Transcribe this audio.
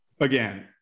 Again